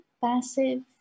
passive